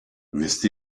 wisst